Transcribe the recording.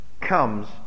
comes